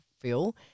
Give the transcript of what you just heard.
feel